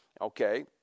okay